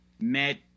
met